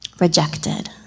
rejected